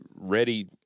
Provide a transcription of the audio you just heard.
ready